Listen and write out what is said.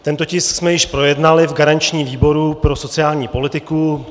Tento tisk jsme již projednali v garančním výboru pro sociální politiku.